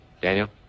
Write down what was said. Daniel